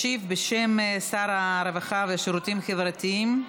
ישיב, בשם שר הרווחה והשירותים החברתיים,